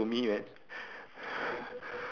why like the middle is so thin